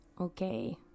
okay